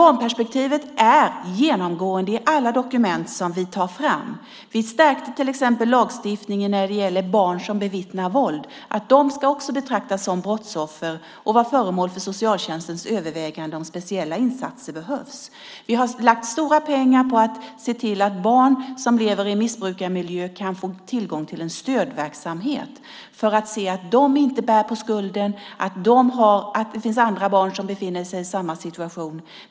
Barnperspektivet är genomgående i alla dokument som vi tar fram. Vi stärkte till exempel lagstiftningen när det gäller barn som bevittnar våld så att de ska betraktas som brottsoffer och vara föremål för socialtjänstens övervägande om speciella insatser behövs. Vi har lagt stora pengar på att se till att barn som lever i en missbrukarmiljö kan få tillgång till stödverksamhet för att de ska inse att de inte bär skuld till det som sker och att det finns andra barn som befinner sig i samma situation.